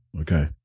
Okay